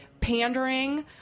pandering